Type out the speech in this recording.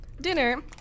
dinner